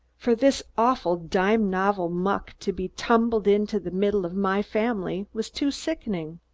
for this awful dime-novel muck to be tumbled into the middle of my family was too sickening.